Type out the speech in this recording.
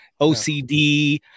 OCD